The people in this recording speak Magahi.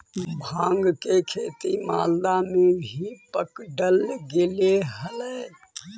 भाँग के खेती मालदा में भी पकडल गेले हलई